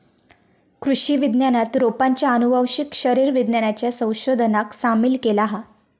कृषि विज्ञानात रोपांच्या आनुवंशिक शरीर विज्ञानाच्या संशोधनाक सामील केला हा